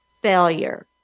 failure